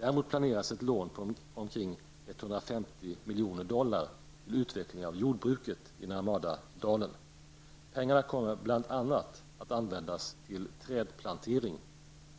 Däremot planeras ett lån på omkring 150 Narmadadalen. Pengarna kommer bl.a. att användas till trädplantering